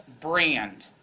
brand